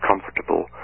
comfortable